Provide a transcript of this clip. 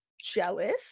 jealous